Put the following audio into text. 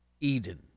Eden